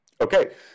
Okay